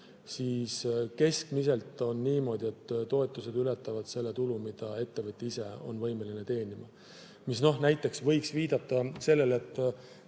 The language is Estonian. siis keskmiselt on niimoodi, et toetused ületavad selle tulu, mida ettevõte ise on võimeline teenima. See võiks viidata